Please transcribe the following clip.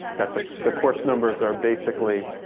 that the the course numbers are basically